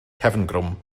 cefngrwm